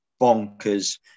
bonkers